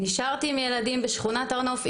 נשארתי עם חמישה ילדים בשכונת הר נוף.